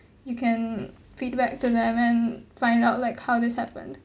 you can feedback to them and find out like how this happened